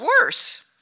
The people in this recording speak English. worse